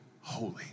holy